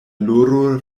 loro